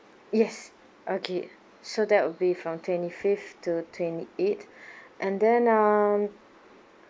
yes okay so that will be from twenty fifth to twenty eighth and then uh